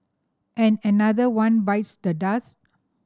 and another one bites the dust